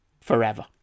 Forever